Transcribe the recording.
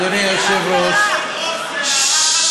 אדוני היושב-ראש,